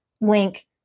link